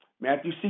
Matthew